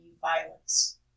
violence